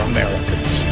Americans